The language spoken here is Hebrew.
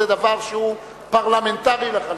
זה דבר שהוא פרלמנטרי לחלוטין.